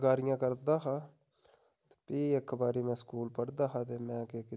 चित्रकारियां करदा हा फ्ही इक बारी में स्कूल पढ़दा हा ते में केह् कीता कि